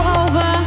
over